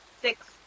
Six